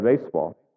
baseball